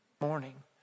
Morning